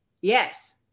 yes